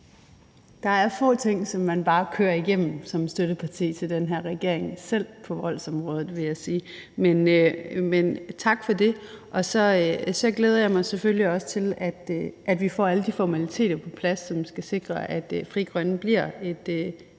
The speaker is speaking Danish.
Der er få ting, som man bare kører igennem som støtteparti til den her regering, selv på voldsområdet, vil jeg sige. Men tak for det. Så glæder jeg mig selvfølgelig også til, at vi får alle de formaliteter på plads, som skal sikre, at Frie Grønne bliver et